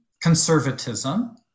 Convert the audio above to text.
conservatism